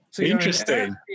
Interesting